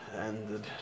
ended